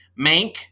Mank